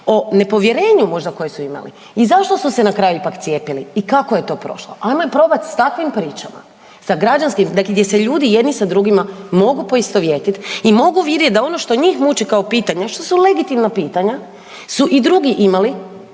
o nepovjerenju možda koje su imali i zašto su se na kraju ipak cijepili i kako je to prošlo. Ajmo probat s takvim pričama. Sa građanskim, dakle gdje se ljudi jedni sa drugim mogu poistovjetiti i mogu vidjet da ono što njih muči kao pitanje, što su legitimna pitanja su i drugi imali